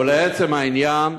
ולעצם העניין,